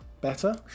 better